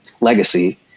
legacy